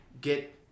get